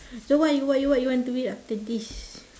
so what you what you what you want to eat after this